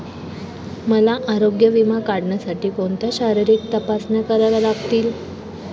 मला आरोग्य विमा काढण्यासाठी कोणत्या शारीरिक तपासण्या कराव्या लागतील?